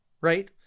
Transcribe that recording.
right